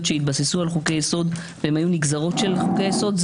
שהתבססו על חוקי יסוד והיו נגזרות של חוק יסוד?